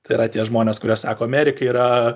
tai yra tie žmonės kurie sako amerika yra